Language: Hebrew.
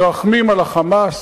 מרחמים על ה"חמאס",